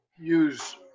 use